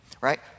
Right